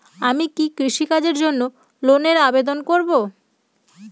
আমি কি কৃষিকাজের জন্য লোনের আবেদন করব?